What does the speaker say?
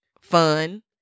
fun